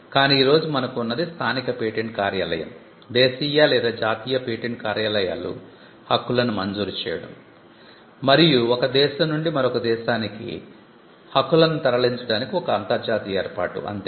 కానీ ఈ రోజు మనకు ఉన్నది స్థానిక పేటెంట్ కార్యాలయం దేశీయ లేదా జాతీయ పేటెంట్ కార్యాలయాలు హక్కులను మంజూరు చేయడం మరియు ఒక దేశం నుండి మరొక దేశానికి హక్కులను తరలించడానికి ఒక అంతర్జాతీయ ఏర్పాటు అంతే